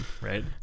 right